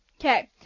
Okay